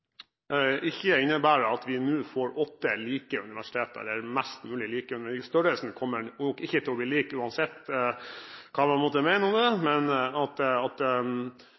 ikke innebærer at vi nå får åtte like universiteter – størrelsen kommer nok ikke til å bli lik, uansett hva man måtte mene om det – men at profilen blir lik. Jeg håper vi vil se at